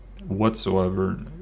whatsoever